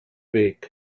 weg